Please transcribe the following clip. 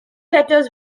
letters